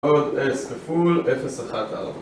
עוד אס כפול, אפס אחת, ארבע.